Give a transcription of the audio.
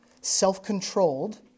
self-controlled